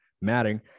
matting